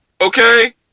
Okay